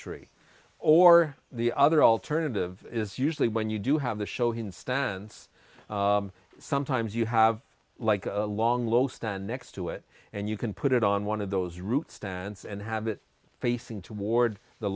tree or the other alternative is usually when you do have the show he stands sometimes you have like a long low stand next to it and you can put it on one of those routes stance and have it facing towards the